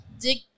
dig